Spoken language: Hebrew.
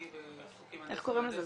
אני בעיסוקי מהנדס --- איך קוראים לזה?